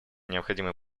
необходимой